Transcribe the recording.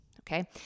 okay